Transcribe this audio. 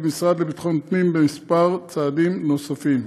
במשרד לביטחון פנים כמה צעדים נוספים,